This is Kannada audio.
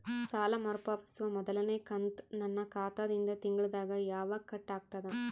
ಸಾಲಾ ಮರು ಪಾವತಿಸುವ ಮೊದಲನೇ ಕಂತ ನನ್ನ ಖಾತಾ ದಿಂದ ತಿಂಗಳದಾಗ ಯವಾಗ ಕಟ್ ಆಗತದ?